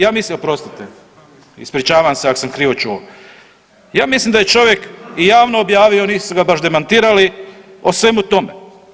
Ja mislim, oprostite, ispričavam se ako sam krivo čuo, ja mislim da je čovjek i javno objavio, a nisu baš ga demantirali o svemu tome.